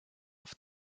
auf